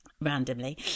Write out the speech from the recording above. randomly